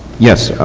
yes,